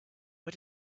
why